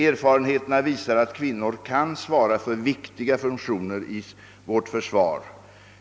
Erfarenheterna visar att kvinnor kan svara för viktiga funktioner i vårt försvar.